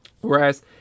Whereas